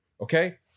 okay